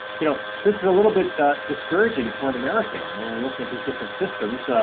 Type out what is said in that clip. you know this is a little bit discouraging for an american when we're looking at these different systems,